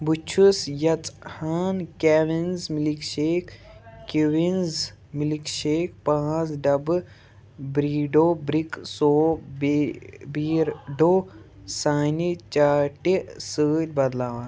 بہٕ چھُس یژھان کیوِنٕز مِلک شیک کوِنٕز مِلک شیک پانٛژھ ڈبہٕ برٛیٖڈو برٛک سوپ بے بیرڈو سانہِ چاٹہِ سۭتۍ بدلاوان